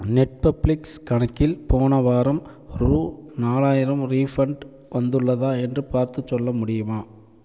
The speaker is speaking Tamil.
நெட்பப்ளிக்ஸ் கணக்கில் போன வாரம் ரூபா நாலாயிரம் ரீஃபண்ட் வந்துள்ளதா என்று பார்த்துச் சொல்ல முடியுமா